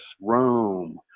Rome